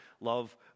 Love